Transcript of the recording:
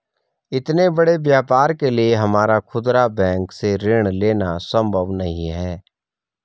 इतने बड़े व्यापार के लिए हमारा खुदरा बैंक से ऋण लेना सम्भव नहीं है